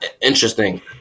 Interesting